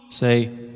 Say